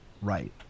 right